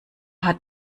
hat